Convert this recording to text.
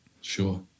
Sure